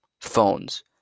Phones